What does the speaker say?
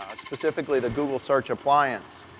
ah specifically the google search appliance,